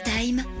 Time